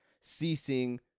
ceasing